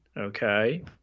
okay